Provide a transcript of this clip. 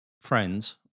friends